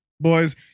boys